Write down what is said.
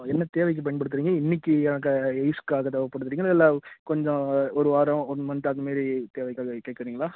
ஓ என்ன தேவைக்கு பயன்படுத்துகிறீங்க இன்றைக்கியாக யூஸ்ஸுக்காக தேவைப்படுத்துவீங்களா இல்லை கொஞ்சம் ஒரு வாரம் ஒரு மந்த் அதுமாதிரி தேவைக்காக கேட்குறீங்களா